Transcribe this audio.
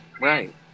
Right